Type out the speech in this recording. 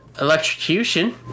electrocution